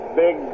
big